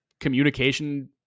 communication